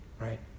Right